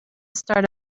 start